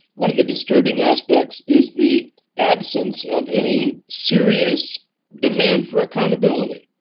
one of the disturbing aspects is the absence of any serious demand for accountability.